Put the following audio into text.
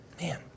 Man